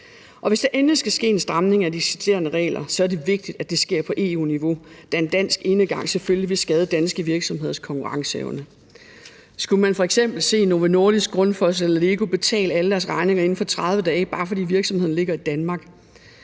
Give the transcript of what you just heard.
Og hvis der endelig skal ske en stramning af de eksisterende regler, er det vigtigt, at det sker på EU-niveau, da en dansk enegang selvfølgelig vil skade danske virksomheders konkurrenceevne. Skulle man f.eks. se Novo Nordisk, Grundfos eller LEGO betale alle deres regninger inden for 30 dage, bare fordi virksomheden ligger i Danmark?